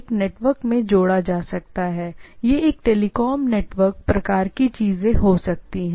इसे एक नेटवर्क में जोड़ा जा सकता है यह एक टेलीकॉम नेटवर्क और चीजों का प्रकार हो सकता है